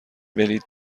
بلیط